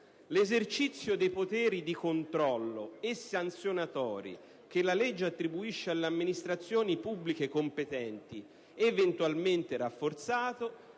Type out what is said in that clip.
L'esercizio dei poteri di controllo e sanzionatori che la legge attribuisce alle amministrazioni pubbliche competenti, eventualmente rafforzato,